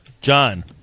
John